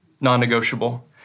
non-negotiable